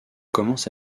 commence